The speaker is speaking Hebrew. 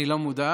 אני לא מודע.